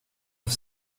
auf